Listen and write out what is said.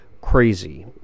crazy